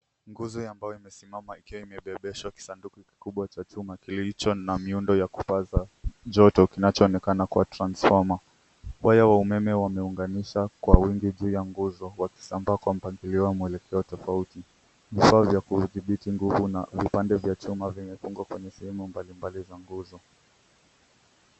Nguzo ambayo imesimama ikiwa imebebeshwa kisanduku kikubwa cha chuma kilicho na miundo ya kupaza joto kinachoonekana kuwa transformer . Waya wa umeme wameunganisha kwa wingi juu ya nguzo wakisambaa kwa mpangilio wa mwelekeo tofauti. Vifaa vya kudhibiti nguvu na vipande vya chuma vimefungwa kwa misimu mbalimbali za nguzo.